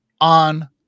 on